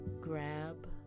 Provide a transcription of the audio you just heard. Grab